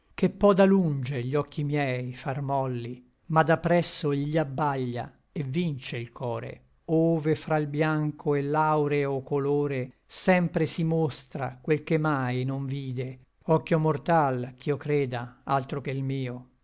che pò da lunge gli occhi miei far molli ma da presso gli abbaglia et vince il core ove fra l biancho et l'auro colore sempre si mostra quel che mai non vide occhio mortal ch'io creda altro che l mio